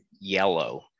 yellow